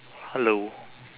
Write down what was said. hello